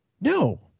No